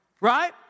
right